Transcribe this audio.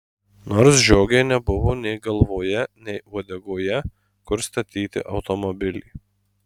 nors žiogei nebuvo nei galvoje nei uodegoje kur statyti automobilį